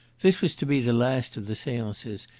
this was to be the last of the seances.